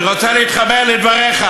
אני רוצה להתחבר לדבריך,